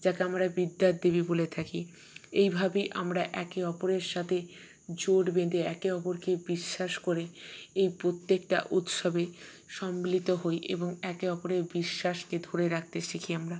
যাকে আমরা বিদ্যার দেবী বলে থাকি এইভাবে আমরা একে অপরের সাথে জোট বেঁধে একে অপরকে বিশ্বাস করে এই প্রত্যেকটা উৎসবে সম্মিলিত হই এবং একে অপরের বিশ্বাসকে ধরে রাখতে শিখি আমরা